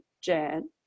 Jan